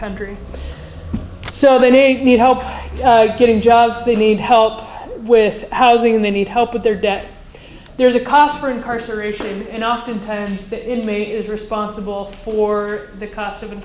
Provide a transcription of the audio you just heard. country so they need help getting jobs they need help with housing they need help with their debt there's a cost for incarceration and oftentimes the inmate is responsible for the costs of